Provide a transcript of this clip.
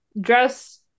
dress